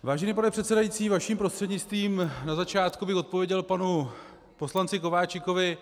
Vážený pane předsedající, vaším prostřednictvím na začátku bych odpověděl panu poslanci Kováčikovi.